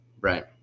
right